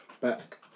Back